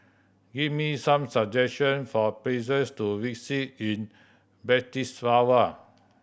give me some suggestion for places to visit in Bratislava